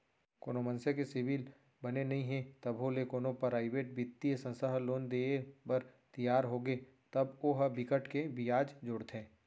कोनो मनसे के सिविल बने नइ हे तभो ले कोनो पराइवेट बित्तीय संस्था ह लोन देय बर तियार होगे तब ओ ह बिकट के बियाज जोड़थे